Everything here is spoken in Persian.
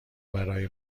برای